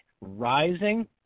rising